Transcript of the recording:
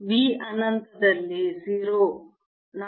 V ಅನಂತ ದಲ್ಲಿ 0 V ∞ 0